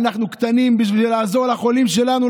אנחנו קטנים בלעזור לחולים שלנו,